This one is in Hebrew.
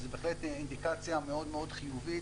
שזה בהחלט אינדיקציה מאוד מאוד חיובית